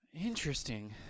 Interesting